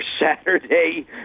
Saturday